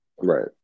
right